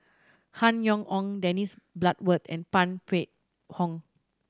Han Yong Hong Dennis Bloodworth and Phan Wait Hong